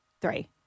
three